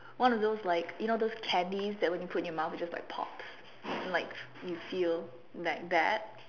one of those like you know those patties that when you put in your mouth and it just pops and you feel like that